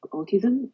Autism